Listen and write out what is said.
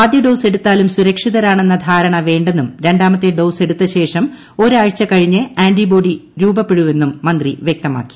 ആദ്യ ഡോസ് എടുത്താലും സുരക്ഷിതരാണെന്ന ധാരണ വേണ്ടെന്നും രണ്ടാമത്തെ ഡോസ് എടുത്ത ശേഷം ഒരാഴ്ച കഴിഞ്ഞ ആന്റിബോഡി രൂപപ്പെടൂവെന്നും മന്ത്രി വൃക്തമാക്കി